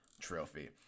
trophy